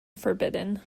forbidden